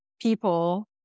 people